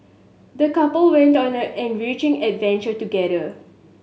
the couple went on an enriching adventure together